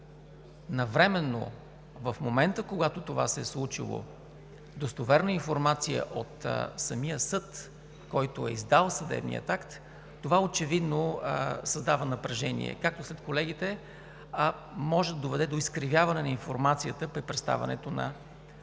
навременно, в момента, когато това се е случило, достоверна информация от самия съд, който е издал съдебния акт, това очевидно създава напрежение както сред колегите, а може да доведе до изкривяване на информацията при представянето на подобно